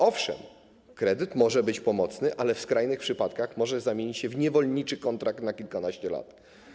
Owszem, kredyt może być pomocny ale w skrajnych przypadkach może zamienić się w niewolniczy kontrakt na kilkanaście lat.